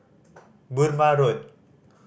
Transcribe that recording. Burmah Road